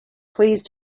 please